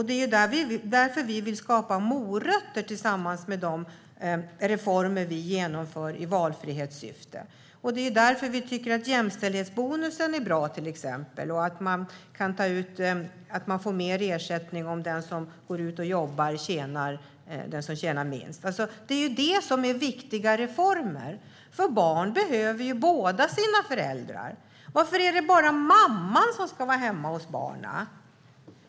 Det är därför vi vill skapa morötter tillsammans med de reformer vi genomför i valfrihetssyfte. Det är därför vi tycker att jämställdhetsbonusen är bra, att det går att få mer ersättning om den som går ut och jobbar är den som tjänar minst. Det är viktiga reformer. Barn behöver båda sina föräldrar. Varför är det bara mamman som ska vara hemma hos barnen?